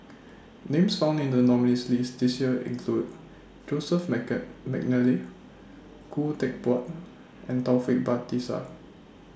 Names found in The nominees' list This Year include Joseph Mcnally Khoo Teck Puat and Taufik Batisah